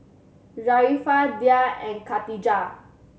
Sharifah Dhia and Khatijah